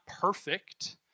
perfect